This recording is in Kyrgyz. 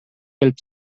келип